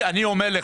אני אומר לך,